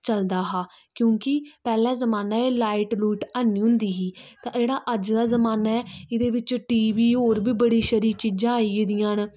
चलदा हा क्योंकि पैह्ले जमान्ने एह् लाइट लूइट हैनी होंदी ही ते जेह्ड़ा अज्ज दा जमान्ना ऐ एह्दे बिच्च टी वी होर बी बड़ी सारी चीज़ां आई गेदियां न